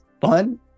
fun